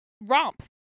romp